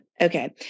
Okay